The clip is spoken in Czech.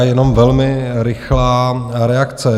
Jenom velmi rychlá reakce.